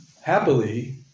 happily